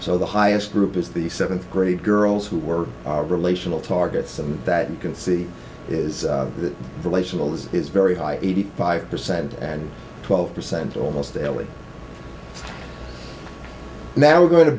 so the highest group is the seventh grade girls who were relational targets and that you can see is that relational is is very high eighty five percent and twelve percent almost daily now we're going to